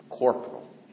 Corporal